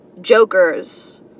jokers